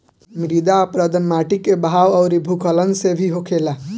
मृदा अपरदन माटी के बहाव अउरी भूखलन से भी होखेला